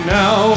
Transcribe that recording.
now